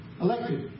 Elected